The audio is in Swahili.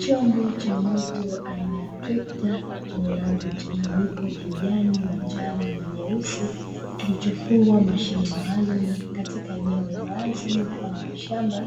Chombo cha moto aina ya trekta, chenye rangi mchanganyiko kijani, manjano na nyeusi. Kilichofungwa mashine maalum katika eneo la wazi mfano wa shamba,